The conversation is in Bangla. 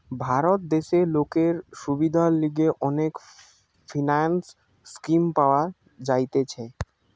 ভারত দেশে লোকের সুবিধার লিগে অনেক ফিন্যান্স স্কিম পাওয়া যাইতেছে